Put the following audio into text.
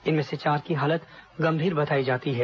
इनमें से चार की हालत गंभीर बताई जाती है